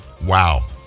Wow